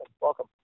Welcome